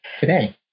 today